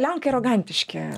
lenkai arogantiški